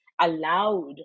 allowed